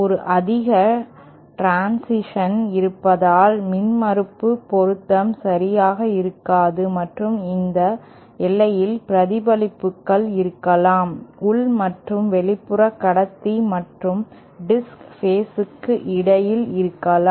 ஒரு அதிக டிரன்சிஷன் இருப்பதால் மின்மறுப்பு பொருத்தம் சரியாக இருக்காது மற்றும் இந்த எல்லையில் பிரதிபலிப்புகள் இருக்கலாம் உள் மற்றும் வெளிப்புற கடத்திமற்றும் டிஸ்க் பேஸுக்கு இடையில் இருக்கலாம்